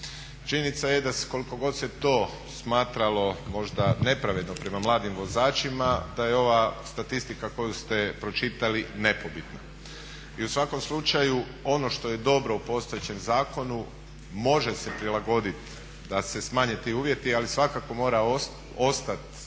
Činjenica je da koliko god se to smatralo možda nepravedno prema mladim vozačima da je ova statistika koju ste pročitali nepobitna. I u svakom slučaju ono što je dobro u postojećem zakonu može se prilagoditi da se smanje ti uvjeti ali svakako mora ostati